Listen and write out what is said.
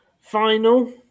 final